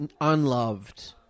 unloved